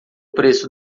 preço